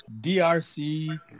DRC